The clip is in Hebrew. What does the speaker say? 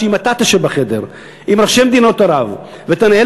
שאם אתה תשב בחדר עם ראשי מדינות ערב ותנהל